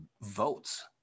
votes